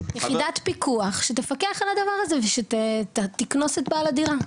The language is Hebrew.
יחידת פיקוח שתפקח על הדבר הזה ושתקנוס את בעל הדירה.